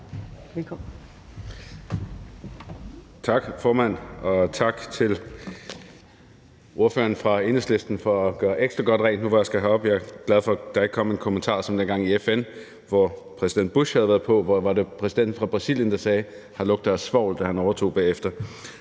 Tak, formand. Og tak til ordføreren for Enhedslisten for at gøre ekstra godt rent, nu hvor jeg skal herop. Jeg er glad for, at der ikke kom en kommentar som dengang i FN, hvor præsident Bush havde været på talerstolen, og hvor, var det præsidenten for Brasilien?, sagde, da han overtog talerstolen bagefter: